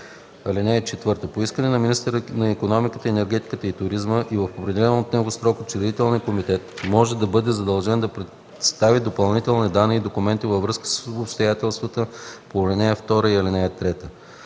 22. (4) По искане на министъра на икономиката, енергетиката и туризма и в определен от него срок учредителният комитет може да бъде задължен да представи допълнителни данни и документи във връзка с обстоятелствата по ал. 2 и 3.